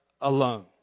alone